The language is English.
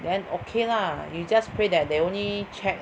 then okay lah you just pray that they only check